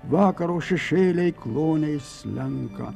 vakaro šešėliai kloniais slenka